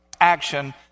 action